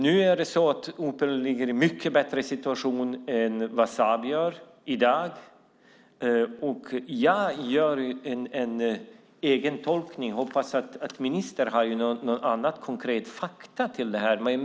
I dag befinner sig Opel i en mycket bättre situation än Saab. Jag gör en egen tolkning av detta, men jag hoppas att ministern kan komma med konkreta fakta i ärendet.